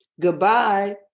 Goodbye